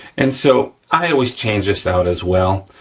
and so, i always change this out, as well.